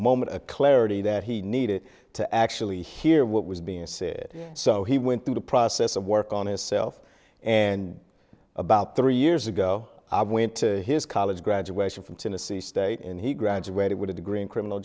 moment of clarity that he needed to actually hear what was being said so he went through the process of work on his self and about three years ago i went to his college graduation from tennessee state and he graduated with a degree in criminal